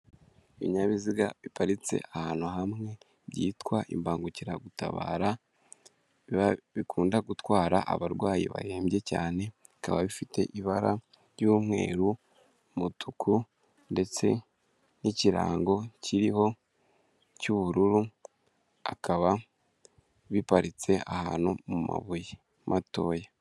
Ibinyabiziga biparitse ahantu hamwe byitwa imbangukiragutabara bikunda gutwara abarwayi bahembye cyane bikaba bifite ibara ry'umweru, umutuku, ndetse n'ikirango kiriho cy'ubururu akaba biparitse ahantu mu mabuye matoya.